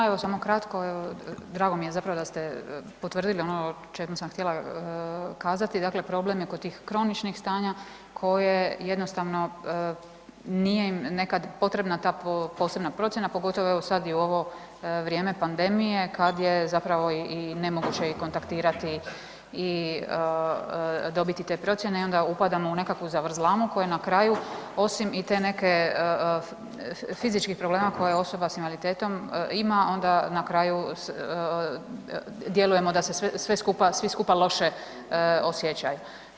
Ma evo samo kratko, drago mi je zapravo da ste potvrdili ono o čemu sam htjela kazati, dakle problem je kod tih kroničnih stanja koje jednostavno nije im nekad potrebna ta posebna procjena pogotovo evo sad i u ovo vrijeme pandemije kad je zapravo i nemoguće i kontaktirati i dobiti te procjene i onda upadamo u nekakvu zavrzlamu koje na kraju osim i te neke, fizičkih problema koje osoba s invaliditetom ima onda na kraju djelujemo da se svi skupa loše osjećamo.